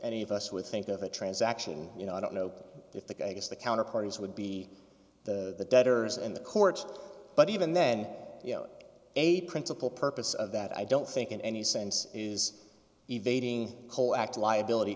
any of us would think of a transaction you know i don't know if the guy gets the counter parties would be the debtors in the court but even then you know a principal purpose of that i don't think in any sense is evading coal act liability